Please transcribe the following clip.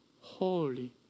holy